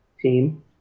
team